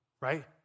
right